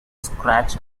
scratch